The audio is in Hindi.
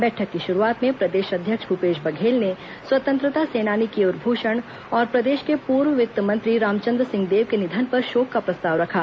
बैठक की शुरूआत में प्रदेश अध्यक्ष भूपेश बघेल ने स्वतंत्रता सेनानी केयूर भूषण और प्रदेश के पूर्व वित्त मंत्री रामचंद्र सिंहदेव के निधन पर शोक का प्रस्ताव रखा